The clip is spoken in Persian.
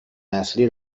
نسلی